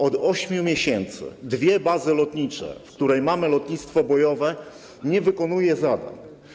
Od 8 miesięcy dwie bazy lotnicze, w których mamy lotnictwo bojowe, nie wykonują zadań.